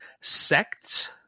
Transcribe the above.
Sects